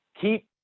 keep